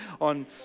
on